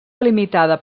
delimitada